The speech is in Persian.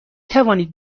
توانید